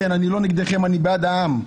אני לא נגדכם, אני בעד העם,